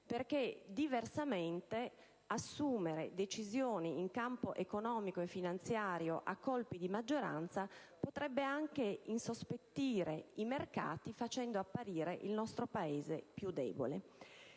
perché diversamente assumere decisioni in campo economico e finanziario a colpi di maggioranza potrebbe anche insospettire i mercati, facendo apparire il nostro Paese più debole.